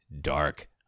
dark